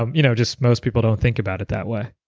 um you know just most people don't think about it that way